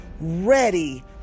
ready